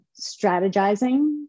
strategizing